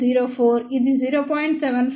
04 ఇది 0